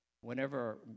whenever